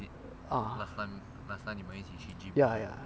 ah ya ya